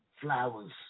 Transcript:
flowers